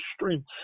strength